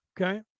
okay